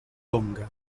tonga